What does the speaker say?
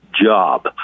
job